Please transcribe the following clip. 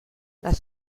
las